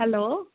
hello